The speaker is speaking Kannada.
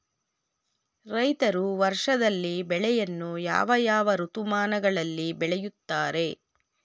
ರೈತರು ವರ್ಷದಲ್ಲಿ ಬೆಳೆಯನ್ನು ಯಾವ ಯಾವ ಋತುಮಾನಗಳಲ್ಲಿ ಬೆಳೆಯುತ್ತಾರೆ?